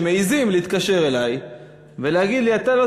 שמעזים להתקשר אלי ולהגיד לי: אתה לא